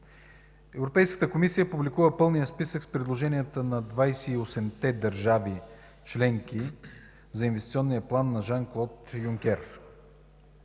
публикува пълния списък с предложенията на 28-те държави членки за Инвестиционния план на Жан-Клод Юнкер.